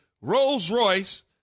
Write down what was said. Rolls-Royce